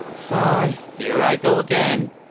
sigh, here i go again.